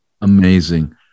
Amazing